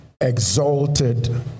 exalted